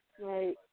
Right